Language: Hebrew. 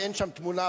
ואין שם תמונה,